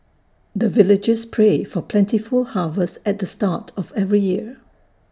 the villagers pray for plentiful harvest at the start of every year